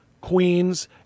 queens